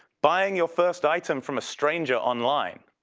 buying your first item from a stranger online.